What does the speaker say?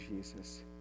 Jesus